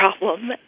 problem